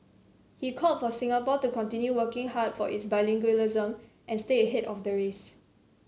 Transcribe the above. he called for Singapore to continue working hard for its bilingualism and stay ahead of the race